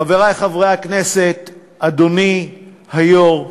חברי חברי הכנסת, אדוני היושב-ראש,